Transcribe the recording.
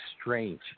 strange